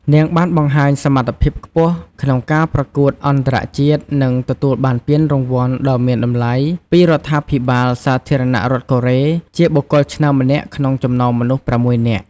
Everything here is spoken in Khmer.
នាងបានបង្ហាញសមត្ថភាពខ្ពស់ក្នុងការប្រកួតអន្តរជាតិ និងទទួលបានពានរង្វាន់ដ៏មានតម្លៃពីរដ្ឋាភិបាលសាធារណរដ្ឋកូរ៉េ ជាបុគ្គលឆ្នើមម្នាក់ក្នុងចំណោមមនុស្ស ៦នាក់។